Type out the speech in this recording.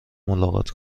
ملاقات